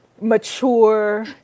mature